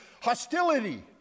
hostility